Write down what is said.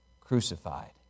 crucified